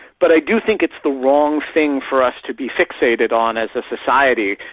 but i do think it's the wrong thing for us to be fixated on as a society,